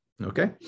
Okay